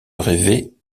rêvait